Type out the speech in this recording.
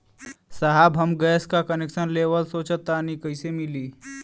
साहब हम गैस का कनेक्सन लेवल सोंचतानी कइसे मिली?